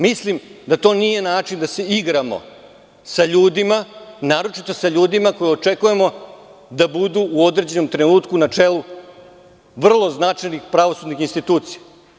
Mislim da to nije način da se igramo sa ljudima naročito sa ljudima za koje očekujemo da budu u određenom trenutku na čelu vrlo značajnih pravosudnih institucija.